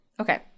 Okay